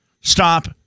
Stop